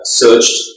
searched